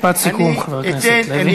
משפט סיכום, חבר הכנסת מיקי לוי.